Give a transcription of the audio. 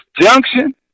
junction